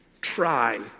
try